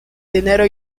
dinero